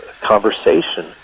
conversation